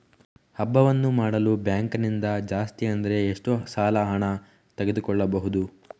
ಹಬ್ಬವನ್ನು ಮಾಡಲು ಬ್ಯಾಂಕ್ ನಿಂದ ಜಾಸ್ತಿ ಅಂದ್ರೆ ಎಷ್ಟು ಸಾಲ ಹಣ ತೆಗೆದುಕೊಳ್ಳಬಹುದು?